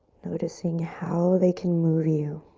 noticing how they can move you.